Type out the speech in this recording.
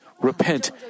Repent